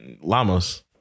llamas